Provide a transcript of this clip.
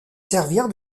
servir